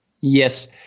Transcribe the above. Yes